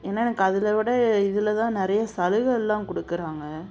ஏன்னால் எனக்கு அதில் விட இதில் தான் நிறையா சலுகைலாம் கொடுக்குறாங்க